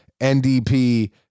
NDP